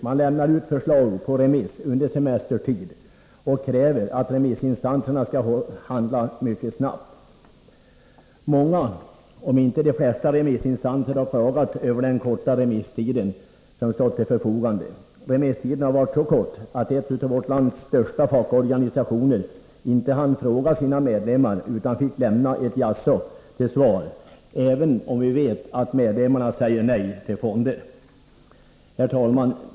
Man lämnar ut förslag på remiss under semestertid och kräver att remissinstanserna skall handla mycket snabbt. Många remissinstanser, om inte de flesta, har klagat över den korta remisstid som har stått till förfogande. Den har varit så kort, att en av vårt lands största fackorganisationer inte hann fråga sina medlemmar, utan fick lämna ett ”jaså” till svar, trots att vi vet att medlemmarna säger nej till fonder. Herr talman!